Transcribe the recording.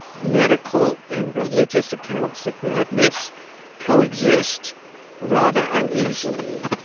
medical and religious accounts of madness coexist rather uneasily.